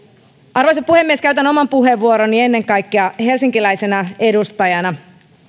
arvoisa puhemies käytän oman puheenvuoroni ennen kaikkea helsinkiläisenä edustajana